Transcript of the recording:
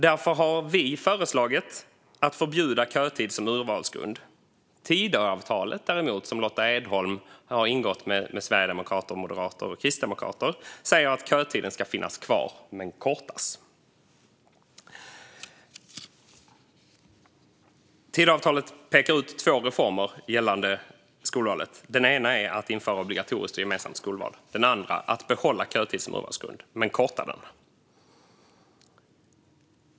Därför har vi föreslagit att man förbjuder kötid som urvalsgrund. Tidöavtalet däremot, som Lotta Edholm har ingått med sverigedemokrater, moderater och kristdemokrater, säger att kötiden ska finnas kvar men kortas. Tidöavtalet pekar ut två reformer gällande skolvalet. Den ena är att införa obligatoriskt och gemensamt skolval. Den andra är att behålla kötid som urvalsgrund men korta den.